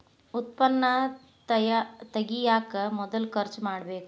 ಉತ್ಪನ್ನಾ ತಗಿಯಾಕ ಮೊದಲ ಖರ್ಚು ಮಾಡಬೇಕ